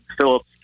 Phillips